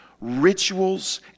rituals